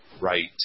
right